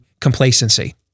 complacency